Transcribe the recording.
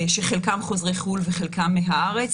שחלקם חוזרי חו"ל וחלקם מהארץ.